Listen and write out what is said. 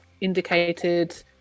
indicated